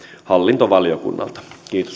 hallintovaliokunnalta